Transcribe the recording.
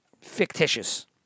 fictitious